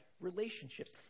relationships